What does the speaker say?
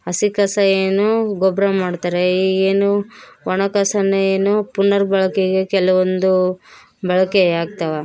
ಹಸಿ ಕಸ ಏನು ಗೊಬ್ಬರ ಮಾಡ್ತಾರೆ ಈಗೇನು ಒಣ ಕಸನ್ನೆನು ಪುನರ್ಬಳಕೆಗೆ ಕೆಲವೊಂದು ಬಳಕೆಯಾಗ್ತವೆ